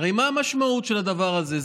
הרי מה המשמעות של הדבר הזה?